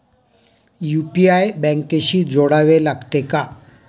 UPI बँकेशी जोडावे लागते का?